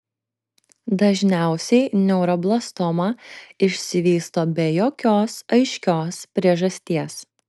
dažniausiai neuroblastoma išsivysto be jokios aiškios priežasties